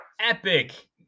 epic